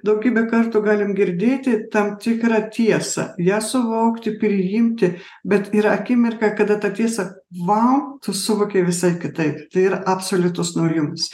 daugybę kartų galim girdėti tam tikrą tiesą ją suvokti priimti bet yra akimirka kada ta tiesa vau tu suvokei visai kitaip tai yra absoliutus naujumas